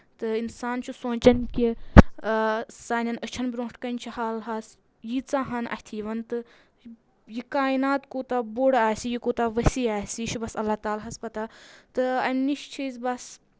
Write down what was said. تہٕ اِنسان چھُ سونٛچان کہِ سانؠن أچھَن برونٛٹھ کَنۍ چھِ حال حظ ییٖژاہ ہن اَتھِ یِوان تہٕ یہِ کاینات کوٗتاہ بوٚڑ آسہِ یہِ کوٗتاہ ؤسیٖح آسہِ یہِ چھُ بَس اللہ تعالیٰ ہَس پَتہ تہٕ امہِ نِش چھِ أسۍ بَس